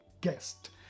guest